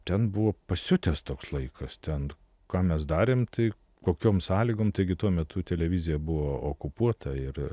ten buvo pasiutęs toks laikas ten ką mes darėm tai kokiom sąlygom taigi tuo metu televizija buvo okupuota ir